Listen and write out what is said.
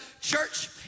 church